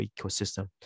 ecosystem